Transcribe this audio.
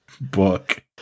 book